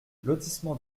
lotissement